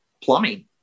plumbing